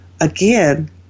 again